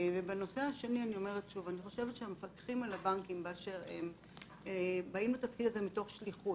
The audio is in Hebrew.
אני חושבת שהמפקחים על הבנקים באים לתפקיד הזה מתוך שליחות.